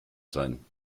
sein